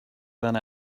than